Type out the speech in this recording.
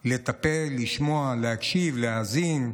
לטפל, לשמוע, להקשיב, להאזין.